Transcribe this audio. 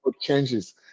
changes